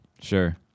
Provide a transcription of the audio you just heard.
Sure